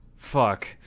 Fuck